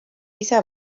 ise